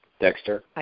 Dexter